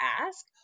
ask